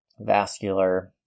vascular